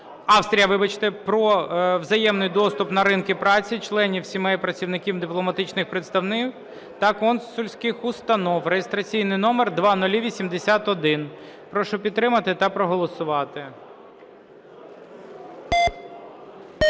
Австрія про взаємний доступ на ринки праці членів сімей працівників дипломатичних представництв та консульських установ (реєстраційний номер 0081). Прошу підтримати та проголосувати.